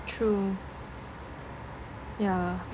true yeah